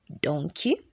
donkey